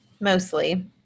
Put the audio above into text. mostly